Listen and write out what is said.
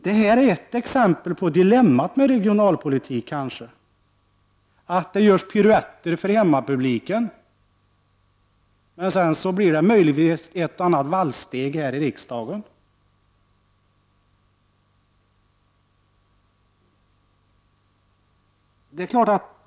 Det här är kanske ett exempel på dilemmat med regionalpolitik, att det är just piruetter för hemmapublik, sedan blir det möjligen ett och annat valssteg här i riksdagen.